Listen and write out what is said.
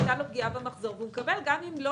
הייתה לו פגיעה במחזור והוא מקבל גם אם לא